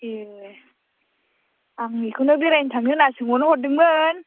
ए आं बेखौनो बेरायनो थांनो होनना सोंहरनो हरदोंमोन